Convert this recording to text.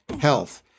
health